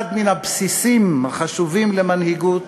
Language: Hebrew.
אחד מן הבסיסים החשובים למנהיגות